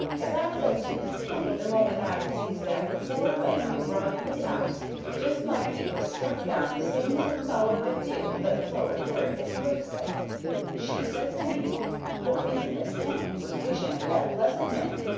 as i sez to miss penny the moment i sees that pore lamb brought into the ouse just like e was struck down the same as a flower of the field that bloweth where hit listeth and she sez to me for me and miss penny was wishing at that blessed minute,